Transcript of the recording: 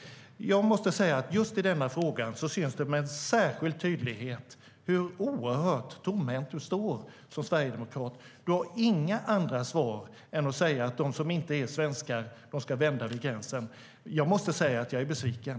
Just i denna fråga syns det med särskild tydlighet hur oerhört tomhänt du står som sverigedemokrat. Du har inga andra svar än att säga att de som inte är svenskar ska vända vid gränsen. Jag måste säga att jag är besviken.